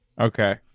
Okay